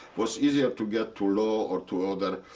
was easier to get to law or to other